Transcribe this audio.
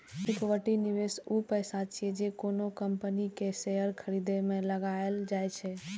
equity निवेश ऊ पैसा छियै, जे कोनो कंपनी के शेयर खरीदे मे लगाएल जाइ छै